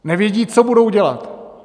Nevědí, co budou dělat.